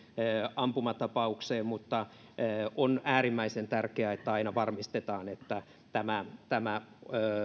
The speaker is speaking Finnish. ampumatapaukseen mutta on äärimmäisen tärkeää että aina varmistetaan että tämä tämä